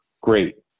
great